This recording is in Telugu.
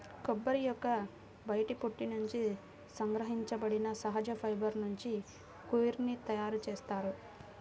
కొబ్బరి యొక్క బయటి పొట్టు నుండి సంగ్రహించబడిన సహజ ఫైబర్ నుంచి కోయిర్ ని తయారు చేస్తారు